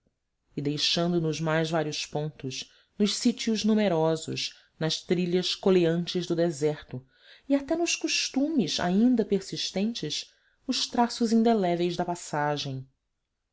e deixando nos mais vários pontos nos sítios numerosos nas trilhas coleantes do deserto e até nos costumes ainda persistentes os traços indeléveis da passagem